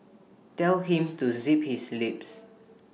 tell him to zip his lips